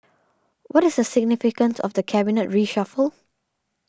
what is the significance of the cabinet reshuffle